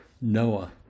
Noah